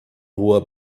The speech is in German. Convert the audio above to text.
hoher